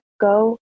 go